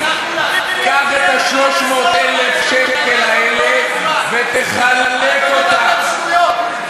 קח את 300,000 השקלים האלה ותחלק אותם,